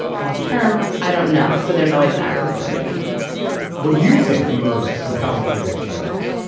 long term i don't know. so there's always that consideration what do you think the most compelling theory of changes